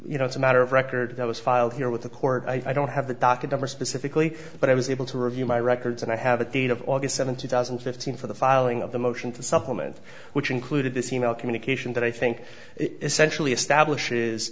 you know it's a matter of record that was filed here with the court i don't have the docket number specifically but i was able to review my records and i have a date of august seventh two thousand and fifteen for the filing of the motion to supplement which included this e mail communication that i think it is centrally establishes